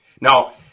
Now